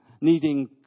needing